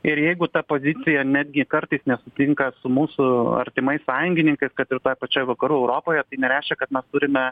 ir jeigu ta pozicija netgi kartais nesutinka su mūsų artimais sąjungininkais kad ir toj pačioj vakarų europoje tai nereiškia kad mes turime